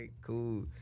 cool